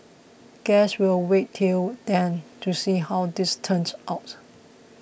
guess we'll wait till then to see how this turns out